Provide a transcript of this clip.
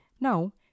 Now